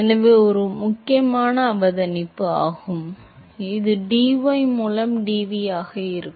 எனவே இது ஒரு முக்கியமான அவதானிப்பு ஆகும் இது dy மூலம் dv ஆக இருக்கும்